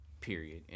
Period